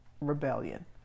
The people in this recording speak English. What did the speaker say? rebellion